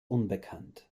unbekannt